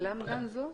והם עושים עבודת קודש,